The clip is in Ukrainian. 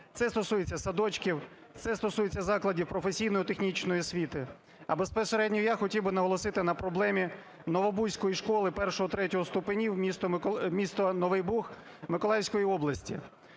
Це стосується садочків, це стосується закладів професійної технічної освіти. А безпосередньо я хотів би наголосити на проблеміНовобузької школи І-ІІІ ступенів міста Новий Буг Миколаївської області.